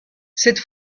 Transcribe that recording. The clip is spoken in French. cette